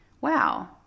wow